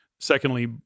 Secondly